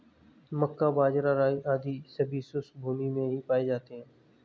मक्का, बाजरा, राई आदि सभी शुष्क भूमी में ही पाए जाते हैं